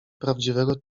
prawdziwego